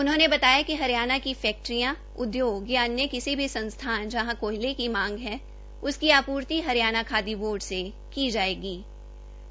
उन्होंने बताया कि हरियाणा की फैक्ट्रियों इंडस्ट्री या अन्य किसी भी संसथान यहाँ कोयले की मांग है उसकी आपूर्ति हरियाणा खादी बोर्ड से खरीदेंगे